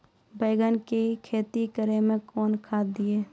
बैंगन की खेती मैं कौन खाद दिए?